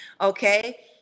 Okay